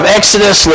Exodus